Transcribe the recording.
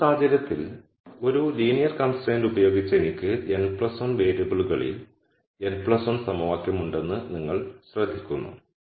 ഇപ്പോൾ ഈ സാഹചര്യത്തിൽ ഒരു ലീനിയർ കൺസ്ട്രെയിന്റ് ഉപയോഗിച്ച് എനിക്ക് n 1 വേരിയബിളുകളിൽ n 1 സമവാക്യം ഉണ്ടെന്ന് നിങ്ങൾ ശ്രദ്ധിക്കുന്നു